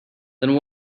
then